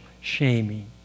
shaming